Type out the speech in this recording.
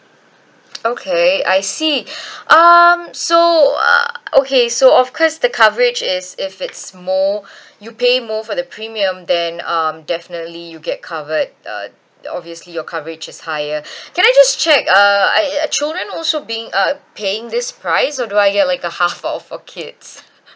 okay I see um so uh okay so of course the coverage is if it's more you pay more for the premium then um definitely you get covered uh obviously your coverage is higher can I just check uh are children also being uh paying this price or do I get like a half off for kids